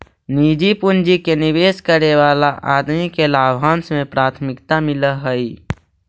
निजी पूंजी के निवेश करे वाला आदमी के लाभांश में प्राथमिकता मिलऽ हई